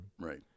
right